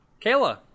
Kayla